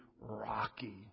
Rocky